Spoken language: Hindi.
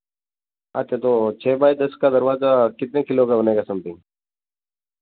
अच्छा तो छ बाई दस का दरवाज़ा कितने किलो का बनेगा समथिंग